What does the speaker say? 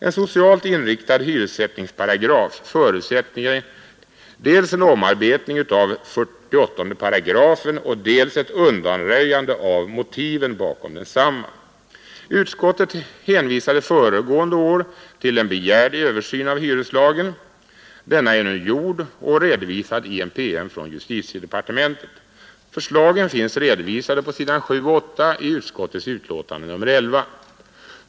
En socialt inriktad hyressättningsparagraf förutsätter dels en omarbetning av 48 §, dels ett undanröjande av motiven bakom densamma. Utskottet hänvisade föregående år till en begärd översyn av hyreslagen. Denna är nu gjord och redovisad i en PM från justitiedepartementet. Förslagen finns redovisade på s. 7 och 8 i utskottets utlåtande nr 11.